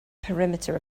perimeter